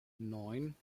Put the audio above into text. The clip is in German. neun